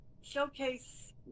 showcase